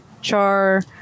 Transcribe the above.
Char